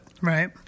Right